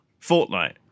Fortnite